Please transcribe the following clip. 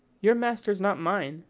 your master's not mine,